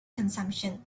consumption